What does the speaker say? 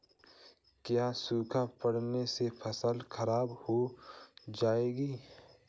क्या सूखा पड़ने से फसल खराब हो जाएगी?